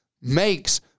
makes